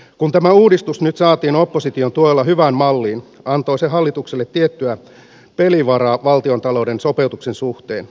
kun tämä uudistus nyt saatiin opposition tuella hyvään malliin antoi se hallitukselle tiettyä pelivaraa valtiontalouden sopeutuksen suhteen